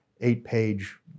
eight-page